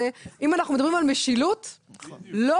אם אנחנו מדברים על משילות,